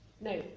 No